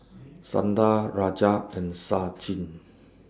Santha Rajat and Sachin